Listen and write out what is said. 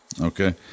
okay